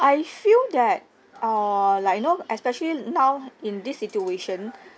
I feel that err like you know especially now in this situation